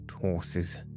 horses